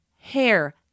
hair